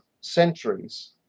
centuries